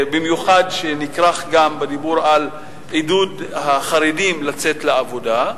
שנכרך גם בדיבור על עידוד החרדים לצאת לעבודה,